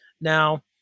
Now